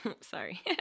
sorry